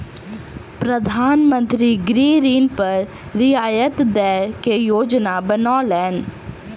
प्रधान मंत्री गृह ऋण पर रियायत दय के योजना बनौलैन